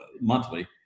monthly